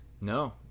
No